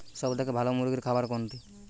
সবথেকে ভালো মুরগির খাবার কোনটি?